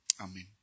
Amen